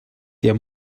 der